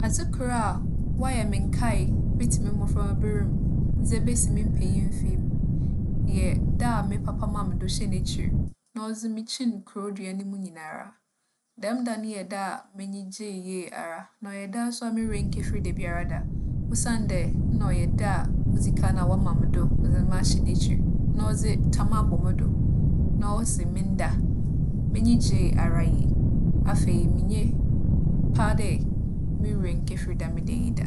Adzekor a ͻayɛ me nkaa fitsi mo mboframbaber mu dze ebesi me mpanyinmfe yi mu yɛ da a me papa maa mo do hyɛɛ n'ekyir na ͻdze me kyiin kurowdua no mu nyinara. Dɛm da no yɛ da a m'enyi gyee ara yie, na ͻyɛ so a mo werɛ nnkefir no dabiara da. Osiandɛ nna ͻyɛ da a odzi kan a ͻama me do dze me ahyɛ n'ekyir na ͻdze tam abͻ mo do, na ͻse menda. M'enyi gyee ara yie. Afei, menye paa dɛ mo werɛ nnkefir dɛm da yi da.